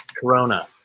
corona